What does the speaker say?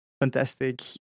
fantastic